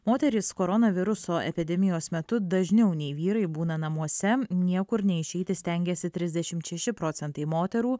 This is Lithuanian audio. moterys korona viruso epidemijos metu dažniau nei vyrai būna namuose niekur neišeiti stengiasi trisdešimt šeši procentai moterų